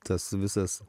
tas visas